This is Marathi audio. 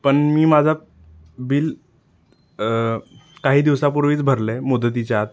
पण मी माझा बिल काही दिवसापूर्वीच भरलं आहे मुदतीच्या आत